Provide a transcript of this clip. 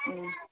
ꯎꯝ